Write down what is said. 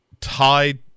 tied